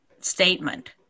statement